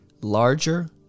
Larger